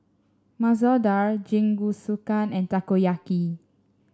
Masoor Dal Jingisukan and Takoyaki